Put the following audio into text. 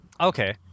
Okay